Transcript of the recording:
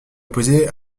opposée